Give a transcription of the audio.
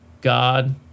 God